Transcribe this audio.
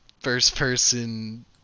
first-person